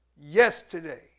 yesterday